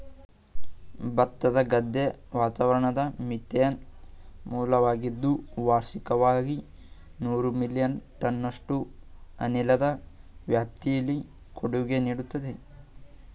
ಭತ್ತದ ಗದ್ದೆ ವಾತಾವರಣದ ಮೀಥೇನ್ನ ಮೂಲವಾಗಿದ್ದು ವಾರ್ಷಿಕವಾಗಿ ನೂರು ಮಿಲಿಯನ್ ಟನ್ನಷ್ಟು ಅನಿಲದ ವ್ಯಾಪ್ತಿಲಿ ಕೊಡುಗೆ ನೀಡ್ತದೆ